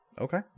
Okay